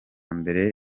mbere